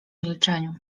milczeniu